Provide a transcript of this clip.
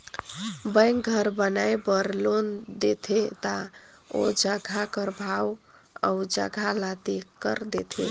bank घर बनाए बर लोन देथे ता ओ जगहा कर भाव अउ जगहा ल देखकर देथे